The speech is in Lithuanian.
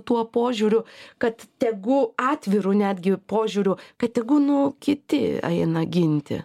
tuo požiūriu kad tegu atviru netgi požiūriu kad tegu nu kiti eina ginti